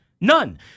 None